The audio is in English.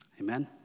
amen